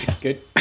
Good